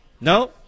No